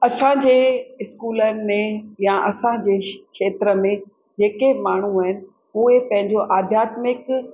असांजे स्कूलनि में या असांजे खेत्र में जेके बि माण्हू आहिनि उहे पंहिंजो आध्यात्मिक